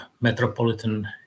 metropolitan